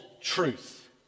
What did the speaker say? truth